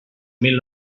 mil